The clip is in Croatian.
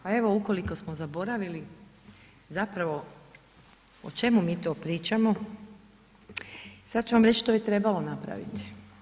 Pa evo ukoliko smo zaboravili, zapravo o čemu mi to pričamo, sad ću vam reć što je trebalo napraviti.